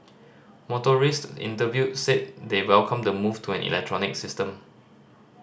motorists interviewed said they welcome the move to an electronic system